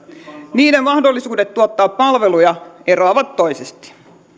niiden mahdollisuudet tuottaa palveluja eroavat toisistaan